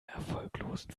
erfolglosen